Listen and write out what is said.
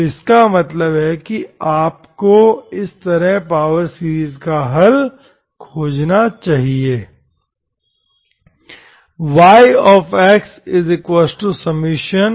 तो इसका मतलब है आपको इस तरह का पावर सीरीज हल खोजना चाहिए yxn0cnn